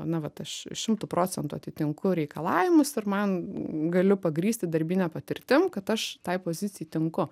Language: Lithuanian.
na vat aš šimtu procentų atitinku reikalavimus ir man galiu pagrįsti darbine patirtim kad aš tai pozicijai tinku